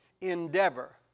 endeavor